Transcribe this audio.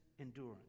endurance